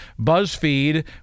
Buzzfeed